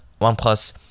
OnePlus